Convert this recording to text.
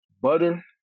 butter